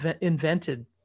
invented